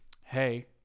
Hey